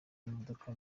imodoka